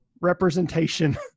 representation